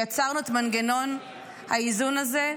יצרנו את מנגנון האיזון הזה,